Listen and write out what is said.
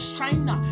China